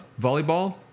volleyball